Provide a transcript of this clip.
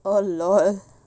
oh LOL